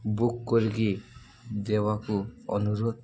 book କରିକି ଦେବାକୁ ଅନୁରୋଧ